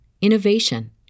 innovation